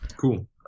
cool